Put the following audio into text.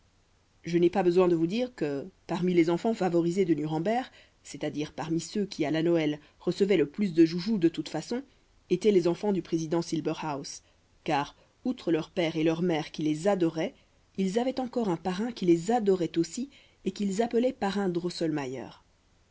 je n'ai pas besoin de vous dire que parmi les enfants favorisés de nuremberg c'est-à-dire parmi ceux qui à la noël recevaient le plus de joujoux de toutes façons étaient les enfants du président silberhaus car outre leur père et leur mère qui les adoraient ils avaient encore un parrain qui les adorait aussi et qu'ils appelaient parrain drosselmayer